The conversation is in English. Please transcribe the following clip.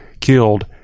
killed